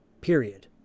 period